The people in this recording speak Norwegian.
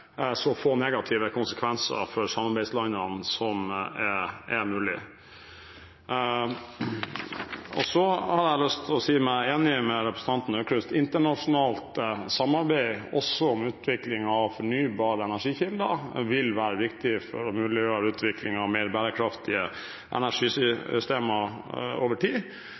si meg enig med representanten Aukrust – internasjonalt samarbeid om utvikling av fornybare energikilder vil være viktig for å muliggjøre utvikling av mer bærekraftige energisystemer over tid.